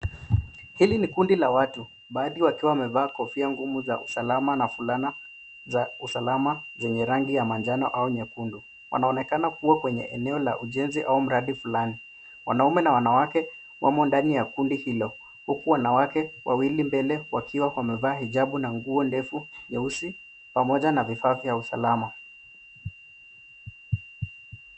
Hili ni kundi la watu, baadhi wakiwa wamevaa kofia ngumu za uasalama na fulana za usalama zenye rangi ya manjano au nyekundu. Wanaonekana kuwa kwenye eneo la ujenzi au mradi fulani. Wanaume na wanawake wamo ndani ya kundi hilo huku wanawake wawili mbele wakiwa wamevaa hijabu na nguo ndefu nyeusi pamoja na vifaa avya usalama.